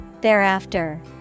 thereafter